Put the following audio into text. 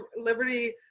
Liberty